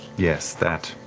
yes, that.